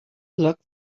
look